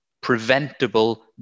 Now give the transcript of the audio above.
preventable